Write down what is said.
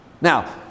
Now